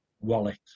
wallet